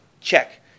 check